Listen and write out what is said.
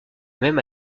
même